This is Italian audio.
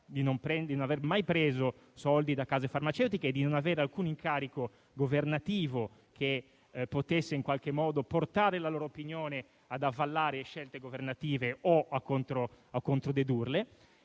di non aver mai preso soldi dalle case farmaceutiche e di non avere alcun incarico governativo che potesse in qualche modo portarli ad avallare scelte governative o a controdedurle.